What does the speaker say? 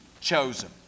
chosen